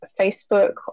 facebook